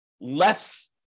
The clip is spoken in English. less